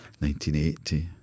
1980